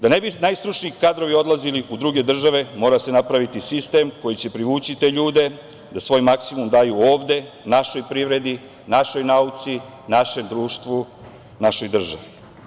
Da ne bi najstručniji kadrovi odlazili u druge države mora se napraviti sistem koji će privući te ljude da svoj maksimum daju ovde, našoj privredi, našoj nauci, našem društvu, našoj državi.